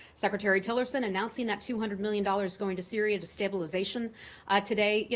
secretary tillerson announcing that two hundred million dollars going to syria to stabilization ah today, yeah